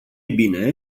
bine